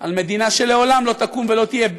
על מדינה שלעולם לא תקום ולא תהיה,